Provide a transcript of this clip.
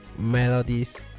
Melodies